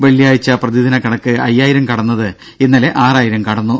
വെള്ളിയാഴ്ച പ്രതിദിന കണക്ക് അയ്യായിരം കടന്നത് ഇന്നലെ ആറായിരം കടന്നു